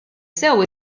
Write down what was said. sew